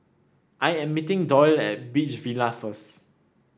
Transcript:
I am meeting Doyle at Beach Villas first